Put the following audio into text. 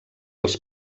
els